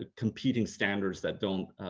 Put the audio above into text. ah competing standards that don't